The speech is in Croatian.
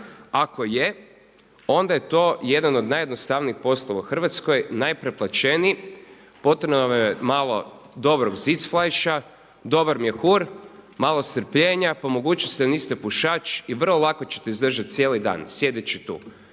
Ako je, onda je to jedan od najjednostavnijih poslova u Hrvatskoj, najpreplaćeniji. Potrebno nam je malo dobro zicflajša, dobar mjehur, malo strpljenja, po mogućnosti da niste pušač i vrlo lako ćete izdržati cijeli dan sjedeći tu